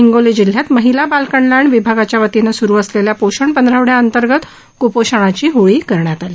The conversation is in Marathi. हिंगोली जिल्ह्यात महिला बाल कल्याण विभागाच्या वतीनं सुरू असलेल्या पोषण पंधरवड्या अंतर्गत कुपोषणाची होळी करण्यात आली